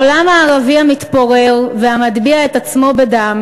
העולם הערבי המתפורר והמטביע את עצמו בדם